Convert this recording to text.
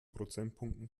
prozentpunkten